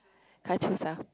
can't choose ah